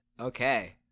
Okay